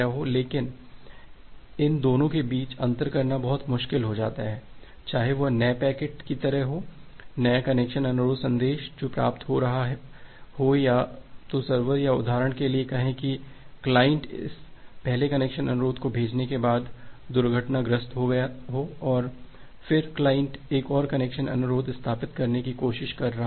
इसलिए इन दोनों के बीच अंतर करना बहुत मुश्किल हो जाता है चाहे वह नए पैकेट की तरह हो नया कनेक्शन अनुरोध संदेश जो प्राप्त हो रहा हो या तो सर्वर या उदाहरण के लिए कहें कि क्लाइंट इस पहले कनेक्शन अनुरोध को भेजने के बाद दुर्घटनाग्रस्त हो गया है और फिर क्लाइंट एक और कनेक्शन अनुरोध स्थापित करने की कोशिश कर रहा है